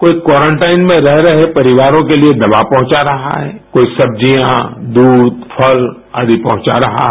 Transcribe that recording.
कोई क्वारनटाइन में रह रहे परिवारों के लिए दवा पहुँचा रहा है कोई सब्जियाँ दूध फल आदि पहुँचा रहा है